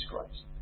Christ